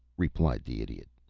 replied the idiot,